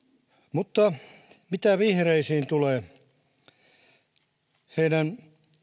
mutta mitä vihreisiin tulee heidän